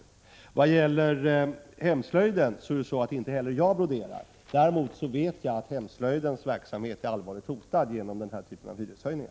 Såvitt gäller hemslöjden är det så att inte heller jag broderar. Däremot vet jag att hemslöjdens verksamhet är allvarligt hotad genom den här hyreshöjningen.